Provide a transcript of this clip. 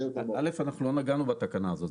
א', אנחנו לא נגענו בתקנה הזאת.